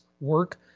work